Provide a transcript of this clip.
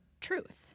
truth